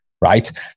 Right